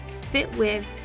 fitwith